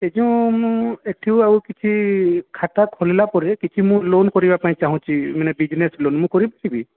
ସେ ଯେଉଁ ମୁଁ ଏଠୁ ଆଉ କିଛି ଖାତା ଖୋଲିଲା ପରେ କିଛି ମୁଁ ଲୋନ୍ କରିବାପାଇଁ ଚାହୁଁଛି ମାନେ ବିଜ୍ନେସ୍ ଲୋନ୍ ମୁଁ କରିପାରିବି